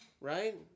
Right